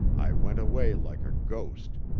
i went away like a ghost,